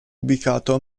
ubicato